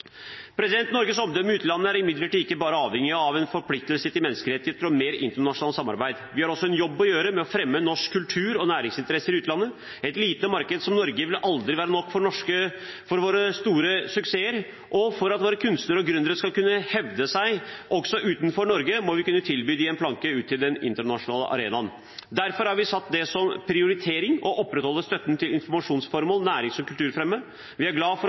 Norges omdømme i utlandet er imidlertid ikke bare avhengig av en forpliktelse til menneskerettigheter og mer internasjonalt samarbeid. Vi har også en jobb å gjøre med å fremme norsk kultur og norske næringsinteresser i utlandet. Et lite marked som Norge vil aldri være nok for våre store suksesser, og for at våre kunstnere og gründere skal kunne hevde seg også utenfor Norge, må vi kunne tilby dem en planke ut til den internasjonale arenaen. Derfor har vi satt det som en prioritering å opprettholde støtten til informasjonsformål, nærings- og kulturfremme. Vi er glade for